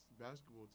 basketball